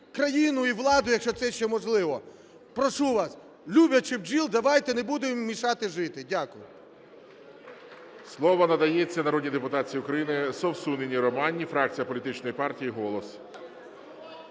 країну, і владу, якщо це ще можливо. Прошу вас, люблячи бджіл, давайте не будемо їм мішати жити. Дякую. ГОЛОВУЮЧИЙ. Слово надається народній депутатці України Совсун Інні Романівні, фракція політичної партії "Голос".